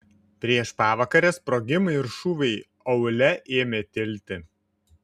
prieš pavakarę sprogimai ir šūviai aūle ėmė tilti